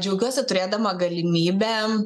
džiaugiuosi turėdama galimybę